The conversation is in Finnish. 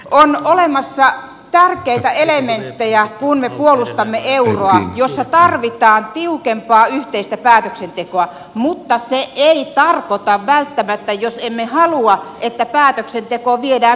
on olemassa tärkeitä elementtejä kun me puolustamme euroa joissa tarvitaan tiukempaa yhteistä päätöksentekoa mutta se ei tarkoita välttämättä jos emme halua sitä että päätöksenteko viedään brysseliin